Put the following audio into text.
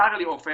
צר לי עופר,